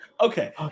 okay